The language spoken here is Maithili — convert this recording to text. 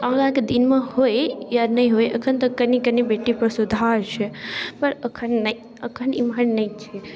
आगाँके दिनमे होइ या नहि होइ एखन तक कनि कनि बेटीपर सुधार छै पर एखन नहि एखन एम्हर नहि छै